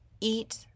eat